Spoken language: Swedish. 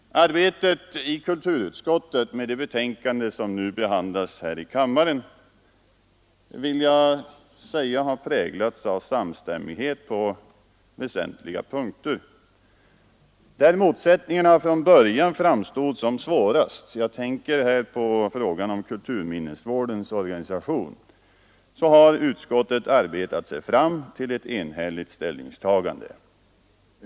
Arbetet i kulturutskottet med det betänkande som nu behandlas här i kammaren har präglats av samstämmighet på väsentliga punkter. Där motsättningarna från början framstod som svårast — jag tänker då på frågan om kulturminnesvårdens organisation — har utskottet arbetat sig fram till ett enhälligt ställningstagande.